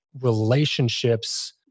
relationships